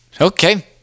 Okay